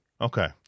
Okay